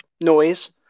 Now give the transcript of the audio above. noise